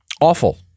awful